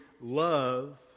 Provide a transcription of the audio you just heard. love